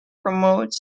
promotes